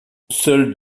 seuls